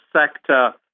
sector